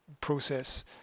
process